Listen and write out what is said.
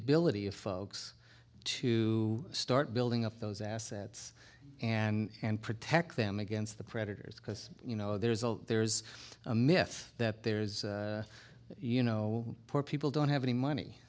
ability of folks to start building up those assets and protect them against the predators because you know there's a there's a myth that there's you know poor people don't have any money